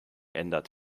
ändert